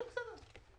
כן, בסדר.